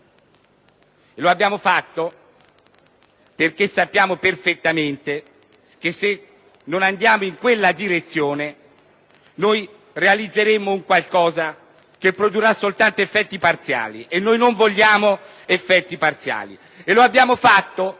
lo abbiamo fatto perché sappiamo perfettamente che, se non ci muoviamo in quella direzione, realizzeremo qualcosa che produrrà soltanto effetti parziali: e noi non vogliamo effetti parziali;